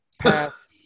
Pass